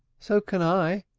so c'n i,